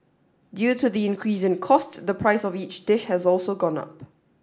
due to the increase in cost the price of each dish has also gone up